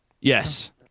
Yes